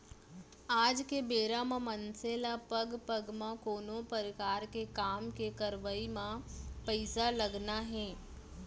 आज के बेरा म मनसे ल पग पग म कोनो परकार के काम के करवई म पइसा लगना हे